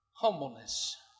humbleness